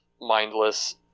mindless